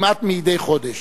כמעט מדי חודש.